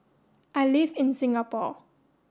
I live in Singapore